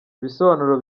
ibisobanuro